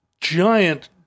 giant